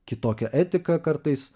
kitokią etiką kartais